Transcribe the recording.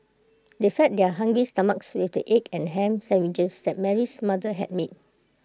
they fed their hungry stomachs with the egg and Ham Sandwiches that Mary's mother had made